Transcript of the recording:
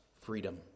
freedom